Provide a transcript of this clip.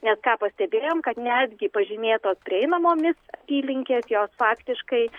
nes ką pastebėjom kad netgi pažymėto prieinamomis apylinkės jos faktiškai